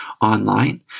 online